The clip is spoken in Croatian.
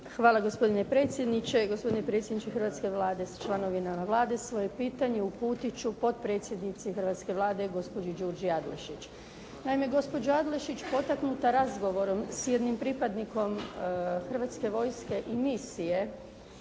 Hvala gospodine predsjedniče, gospodine predsjedniče hrvatske Vlade s članovima Vlade. Svoje pitanje uputiti ću potpredsjednici hrvatske Vlade, gospođi Đurđi Adlešič. Naime, gospođa Adlešič potaknuta razgovorom s jednim pripadnikom Hrvatske vojske i misije